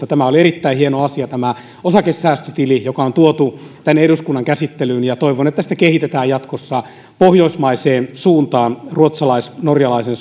tämä oli erittäin hieno asia tämä osakesäästötili joka on tuotu tänne eduskunnan käsittelyyn ja toivon että sitä kehitetään jatkossa pohjoismaiseen suuntaan ruotsalais norjalaiseen